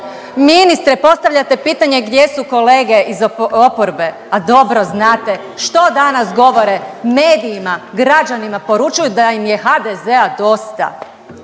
Ministre, postavljate pitanje gdje su kolege iz oporbe, a dobro znate što danas govore medijima, građanima, poručuju da im je HDZ-a dosta.